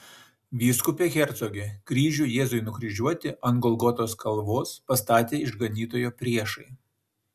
vyskupe hercoge kryžių jėzui nukryžiuoti ant golgotos kalvos pastatė išganytojo priešai